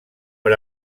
per